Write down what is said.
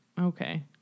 Okay